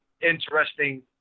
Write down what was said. interesting